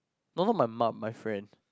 no not my mum my friend